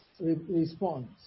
response